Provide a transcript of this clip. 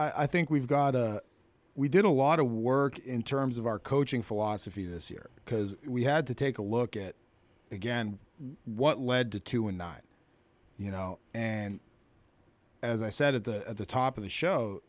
i think we've got a we did a lot of work in terms of our coaching philosophy this year because we had to take a look at again what led to two and nine you know and as i said at the top of the show